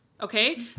Okay